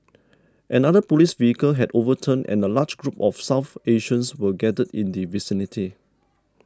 another police vehicle had overturned and a large group of South Asians were gathered in the vicinity